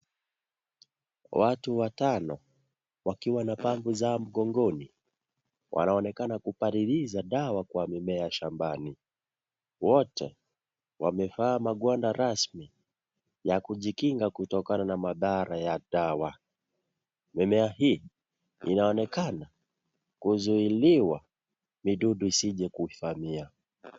Watu watano wakiwa na pampu zao mgongoni wanaonekana kupaririza mimea yao shambani wote wamejivaa magwanda rasmi ya kuwakinga kutokana na madhara ya dawa. Mimea hii inaonekana kuzuiliwa midudu isije kuivamia.